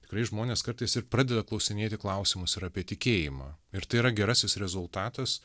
tikrai žmonės kartais ir pradeda klausinėti klausimus ir apie tikėjimą ir tai yra gerasis rezultatas